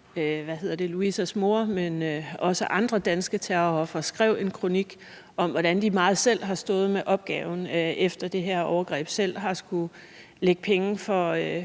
– ikke alene Louisas mor, men også andre danske terrorofre – skrev en kronik om, hvordan de meget selv har stået med opgaven efter det her overgreb. De har selv skullet lægge penge